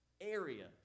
area